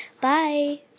Bye